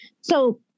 So-